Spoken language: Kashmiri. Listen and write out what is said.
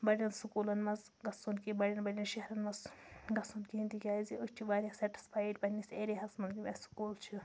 بَڑٮ۪ن سکوٗلَن منٛز گژھُن کہِ بَڑٮ۪ن بَڑٮ۪ن شہرَن منٛز گژھُن کِہیٖنۍ تِکیٛازِ أسۍ چھِ واریاہ سٮ۪ٹٕسفایڈ پنٛنِس ایریاہَس منٛز یِم اَسہِ سکوٗل چھِ